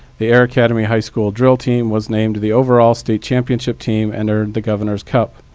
the air academy high school drill team was named the overall state championship team and earned the governor's cup.